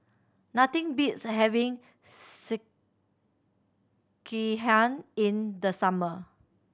nothing beats having Sekihan in the summer